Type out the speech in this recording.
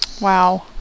Wow